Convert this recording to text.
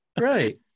right